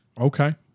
Okay